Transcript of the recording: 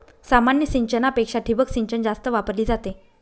सामान्य सिंचनापेक्षा ठिबक सिंचन जास्त वापरली जाते